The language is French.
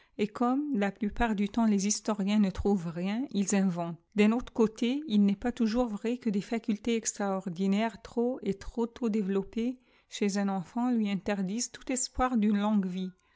et comme la plupart du temps les historien ne troutent rien ils inventent d'un autre côté il n'est paa toujours vrai que dés facultés extraordinaires trop et trop tôt développées chez un enfant lui interdisent tout espoir d'une longue vie